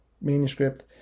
manuscript